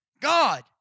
God